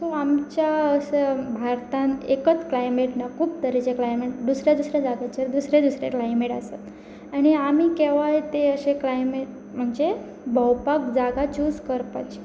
so आमच्या अस भारतान एकच क्लायमेट ना खूब तरेचे क्लायमेट दुसऱ्या दुसऱ्या जाग्याचेर दुसरे दुसरे क्लायमेट आसात आनी आमी केवाय ते अशे क्लायमेट म्हणजे भोंवपाक जागा चूज करपाची